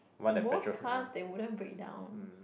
both cars that wouldn't break down